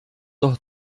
doch